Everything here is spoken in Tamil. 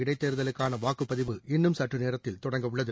இடைத்தேர்தலுக்கான வாக்குப்பதிவு இன்னும் சற்றுநேரத்தில் தொடங்க உள்ளது